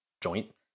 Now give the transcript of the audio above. joint